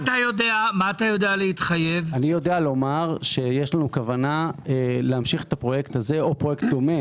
אני יודע לומר שיש לנו כוונה להמשיך את הפרויקט הזה או פרויקט דומה